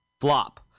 Flop